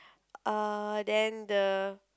err then the